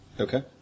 Okay